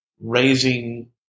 raising